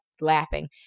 laughing